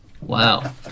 Wow